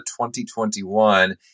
2021